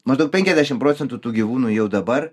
maždaug penkiasdešim procentų tų gyvūnų jau dabar